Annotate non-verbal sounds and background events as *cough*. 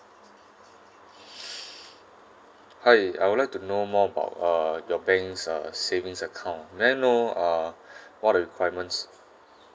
*breath* hi I would like to know more about uh your banks uh savings account may I know uh *breath* what are the requirements